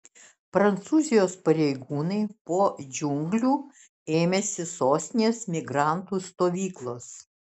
prancūzijos pareigūnai po džiunglių ėmėsi sostinės migrantų stovyklos